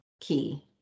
key